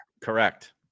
Correct